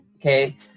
Okay